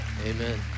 amen